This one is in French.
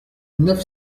neuf